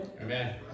Amen